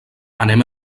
anem